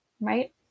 right